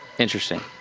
interesting.